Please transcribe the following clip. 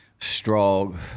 strong